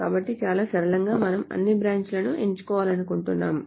కాబట్టి చాలా సరళంగా మనము అన్ని బ్రాంచ్ లను ఎంచుకోవాలనుకుంటున్నాము